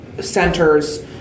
centers